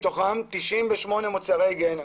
מתוכם 98 מוצרי היגיינה.